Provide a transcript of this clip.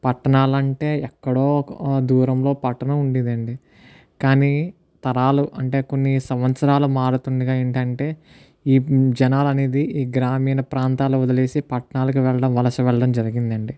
పట్టణాలంటే ఎక్కడో ఓ దూరంలో పట్టణం ఉండేది అండి కానీ తరాలు అంటే కొన్ని సంవత్సరాలు మారుతుండగా ఏంటి అంటే ఈ జనాలు అనేది ఈ గ్రామీణ ప్రాంతాలను వదిలేసి పట్టణాలకు వెళ్ళడం వలస వెళ్ళడం జరిగిందండి